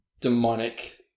demonic